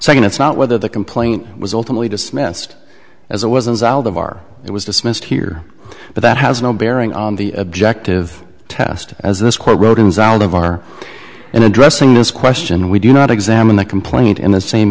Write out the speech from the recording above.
saying it's not whether the complaint was ultimately dismissed as it wasn't it was dismissed here but that has no bearing on the objective test as this court rodin's out of order and addressing this question we do not examine the complaint in the same